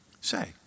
say